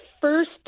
first